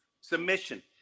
submission